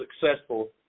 successful